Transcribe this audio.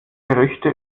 gerüchte